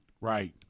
right